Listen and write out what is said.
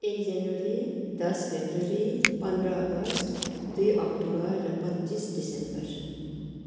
एक जनवरी दस फरवरी पन्ध्र अगस्ट दुई अक्टोबर र पच्चिस डिसम्बर